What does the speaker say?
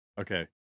okay